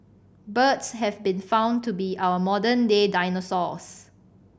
birds have been found to be our modern day dinosaurs